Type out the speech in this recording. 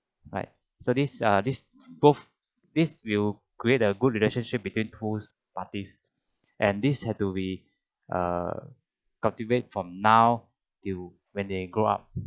alright so this err this both this will create a good relationship between two parties and this had to be uh cultivate from now till when they grow up